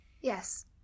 Yes